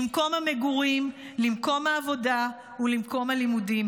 למקום המגורים, למקום העבודה ולמקום הלימודים,